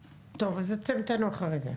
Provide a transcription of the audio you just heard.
אתם תענו אחרי זה.